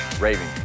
Raving